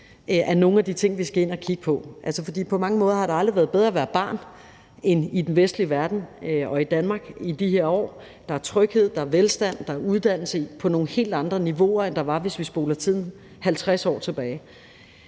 er nogle af de ting, som vi skal ind at kigge på. For på mange måder har det aldrig været bedre at være barn end i den vestlige verden og i Danmark i de her år. Der er tryghed, der er velstand, der er uddannelse på nogle helt andre niveauer, end der var, hvis vi spoler tiden 50 år tilbage.